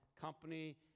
company